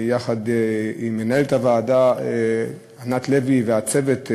יחד עם מנהלת הוועדה ענת לוי והצוות,